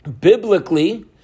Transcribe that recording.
biblically